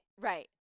Right